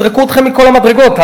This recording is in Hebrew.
יזרקו אתכם מכל המדרגות.